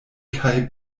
kaj